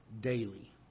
daily